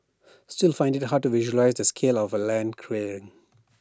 still find IT hard to visualise the scale of land clearing